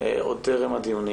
עוד טרם הדיונים,